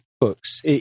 books